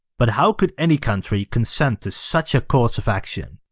but how could any country consent to such a course of action?